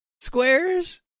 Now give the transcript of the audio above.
squares